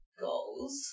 goals